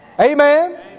Amen